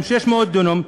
600 דונם,